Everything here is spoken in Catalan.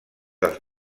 dels